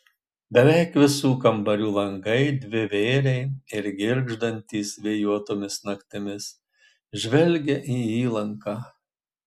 beveik visų kambarių langai dvivėriai ir girgždantys vėjuotomis naktimis žvelgia į įlanką